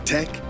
Tech